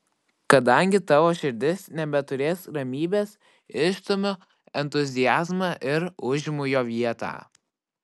kadangi tavo širdis nebeturės ramybės išstumiu entuziazmą ir užimu jo vietą